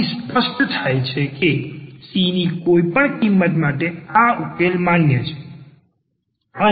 આથિ અહીં સ્પષ્ટ છે કે c ની કોઈ પણ કિંમત માટે આ ઉકેલ માન્ય છે